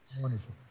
Wonderful